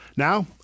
Now